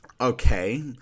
Okay